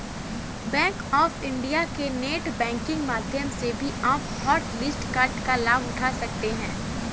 bank of India के net banking माध्यम से भी आप हॉटलिस्ट कार्ड का लाभ उठा सकते हैं